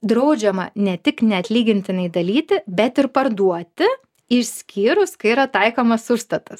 draudžiama ne tik neatlygintinai dalyti bet ir parduoti išskyrus kai yra taikomas užstatas tai